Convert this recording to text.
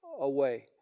away